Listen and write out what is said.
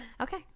Okay